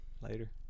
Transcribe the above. later